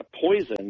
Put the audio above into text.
poison